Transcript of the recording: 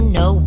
no